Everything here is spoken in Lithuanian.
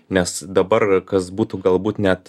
nes dabar kas būtų galbūt net